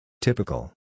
Typical